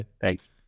Thanks